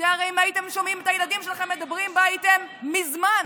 שאם הייתם שומעים את הילדים שלכם מדברים בה הייתם מזמן